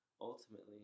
ultimately